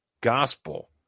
gospel